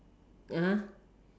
(uh huh)